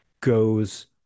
goes